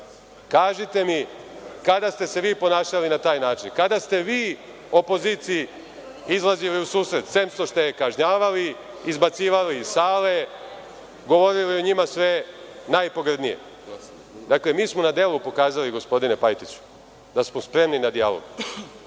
Kaži te mi, kada ste se vi ponašali na taj način? Kada ste vi opoziciji izlazili u susret, sem što ste je kažnjavali, izbacivali iz sale, govorili o njima sve najpogrdnije? Dakle, mi smo na delu pokazali, gospodine Pajtiću, da smo spremni na dijalog,